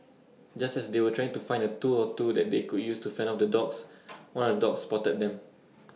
just as they were trying to find A tool or two that they could use to fend off the dogs one of dogs spotted them